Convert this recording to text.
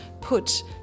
put